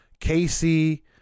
Casey